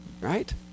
right